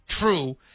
true